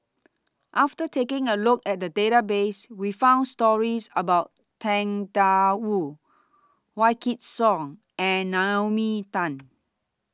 after taking A Look At The Database We found stories about Tang DA Wu Wykidd Song and Naomi Tan